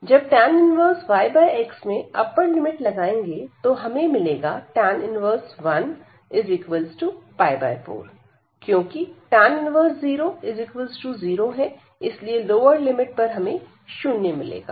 जब tan 1yx में upper limit लगाएंगे तो हमें मिलेगा 4 क्योंकि tan 10 0 इसीलिए लोअर लिमिट पर हमें शून्य मिलेगा